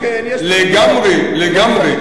לגמרי,